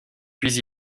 puis